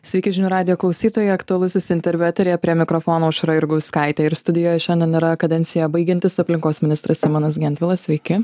sveiki žinių radijo klausytojai aktualusis interviu eteryje prie mikrofono aušra jurgauskaitė ir studijoje šiandien yra kadenciją baigiantis aplinkos ministras simonas gentvilas sveiki